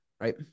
right